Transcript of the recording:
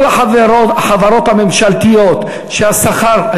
כל החברות הממשלתיות שהשכר,